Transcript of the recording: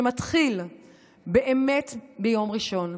שמתחיל באמת ביום ראשון,